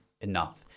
enough